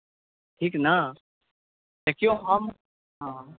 ठीक ने देखियौ हम हँ